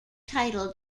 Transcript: title